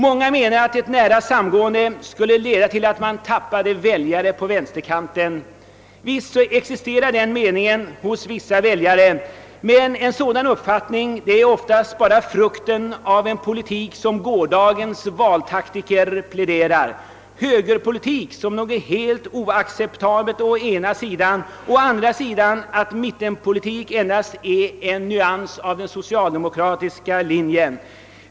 Många menar att ett nära samgående skulle leda till att man tappade väljare på vänsterkanten. Visst kan det vara riktigt beträffande vissa väljare. Men en sådan uppfattning är ofta bara frukten av en politik som gårdagens valtaktiker fört: att å ena sidan framhålla högerpolitik som någonting helt oacceptabelt och att å andra sidan säga att mittenpolitiken endast är en nyans av den socialdemokratiska politiken.